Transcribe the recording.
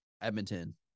Edmonton